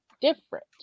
different